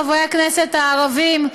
חברי הכנסת הערבים,